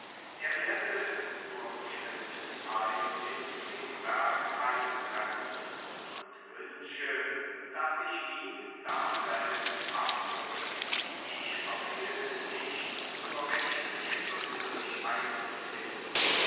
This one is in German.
er werde zur bestimmten zeit in friedberg eintreffen und wünsche daß ich ihn daselbst abhole ich verfehlte nicht zur rechten stunde mich einzufinden